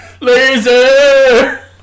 Laser